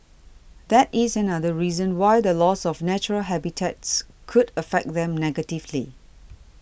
that is another reason why the loss of natural habitats could affect them negatively